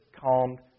calmed